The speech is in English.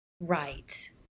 Right